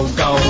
go